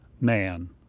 man